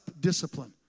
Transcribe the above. discipline